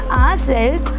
ourself